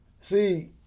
See